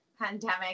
pandemic